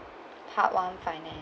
part one finance